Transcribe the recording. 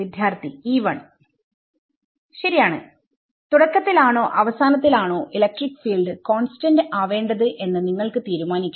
വിദ്യാർത്ഥി E1 ശരിയാണ്തുടക്കത്തിൽ ആണോ അവസാനത്തിൽ ആണോ ഇലക്ട്രിക് ഫീൽഡ് കോൺസ്റ്റന്റ് ആവേണ്ടത് എന്ന് നിങ്ങൾക്ക് തീരുമാനിക്കാം